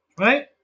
Right